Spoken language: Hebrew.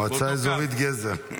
מועצה אזורית גזר.